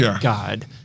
God